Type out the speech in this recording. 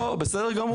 לא, בסדר גמור.